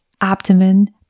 abdomen